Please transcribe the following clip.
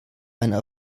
einer